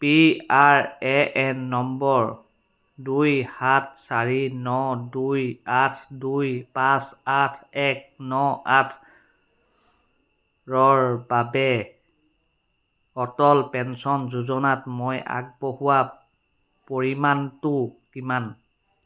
P R A N number দুই সাত চাৰি ন দুই আঠ দুই পাঁচ আঠ এক ন আঠ ৰ বাবে অটল পেঞ্চন যোজনাত মই আগবঢ়োৱা পৰিমাণটো কিমান